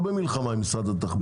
הזה.